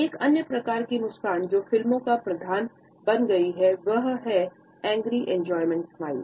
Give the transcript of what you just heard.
एक अन्य प्रकार की मुस्कान जो फिल्मों का प्रधान बन गई है वह है एंग्री एन्जॉयमेंट स्माइल